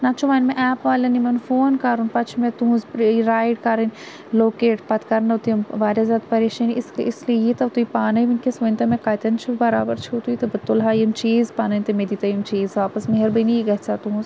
نہ تہٕ چھ وۄنۍ مےٚ ایپ والٮ۪ن یِمَن فون کَرُن پَتہٕ چھُ مےٚ تُہٕنٛز رایڈ کَرٕنۍ لوکیٹ پَتہٕ کَرنَو تِم واریاہ زیادٕ پَریشٲنی اِس اِسلیے ییٖتَو تُہۍ پانٕے وٕنکیٚس ؤنۍ تَو مےٚ کَتٮ۪ن چھِو بَرابَر چھِو تُہۍ تہٕ بہٕ تُلہٕ ہہَ یِم چیٖز پَنٕنۍ تہٕ مےٚ دِی تَو یِم چیٖز واپس مہربٲنی گَژھِ ہہَ تُہٕنٛز